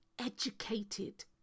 educated